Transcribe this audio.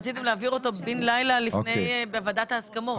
רציתם להעביר אותו בן לילה בוועדת ההסכמות.